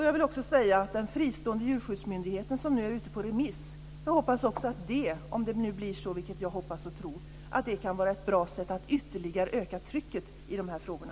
Jag vill också säga att det förslag om en fristående djurskyddsmyndighet som nu är ute på remiss - om det nu blir så, vilket jag hoppas och tror - kan vara ett bra sätt att ytterligare öka trycket i de här frågorna.